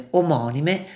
omonime